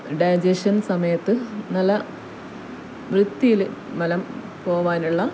digestion സമയത്ത് നല്ല വൃത്തിയിൽ മലം പോവാനുള്ള